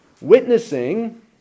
witnessing